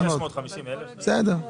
650,000 --- בסדר.